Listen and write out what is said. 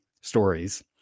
stories